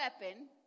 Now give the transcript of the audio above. weapon